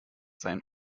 sein